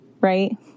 right